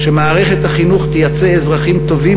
שמערכת החינוך תייצא אזרחים טובים